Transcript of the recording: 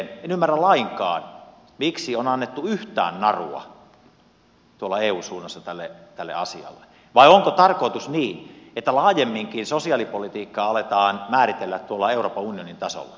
en ymmärrä lainkaan miksi on annettu yhtään narua tuolla eun suunnassa tälle asialle vai onko tarkoitus se että laajemminkin sosiaalipolitiikkaa aletaan määritellä tuolla euroopan unionin tasolla